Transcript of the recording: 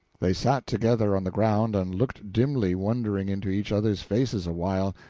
they sat together on the ground and looked dimly wondering into each other's faces a while,